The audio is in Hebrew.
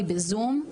היא בזום.